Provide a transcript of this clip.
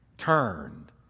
turned